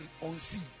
unseen